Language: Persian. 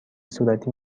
صورتی